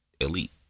elite